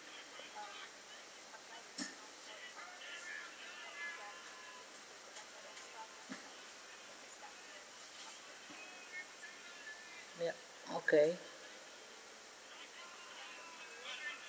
yup okay